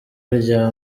rya